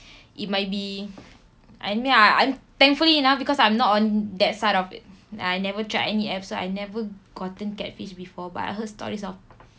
it might be I mean I I'm thankfully enough because I'm not on that side of it I never tried any apps so I never gotten catfish before but I heard stories of